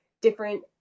different